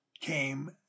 came